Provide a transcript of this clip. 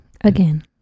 Again